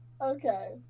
Okay